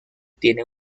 tiene